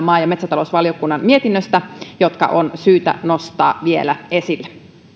maa ja metsätalousvaliokunnan mietinnöstä muutamia havaintoja jotka on syytä nostaa vielä esille